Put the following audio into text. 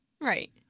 Right